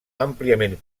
àmpliament